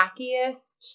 tackiest